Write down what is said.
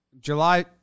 July